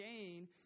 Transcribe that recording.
gain